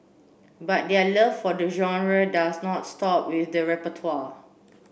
but their love for the genre does not stop with the repertoire